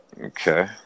Okay